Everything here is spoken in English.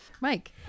Mike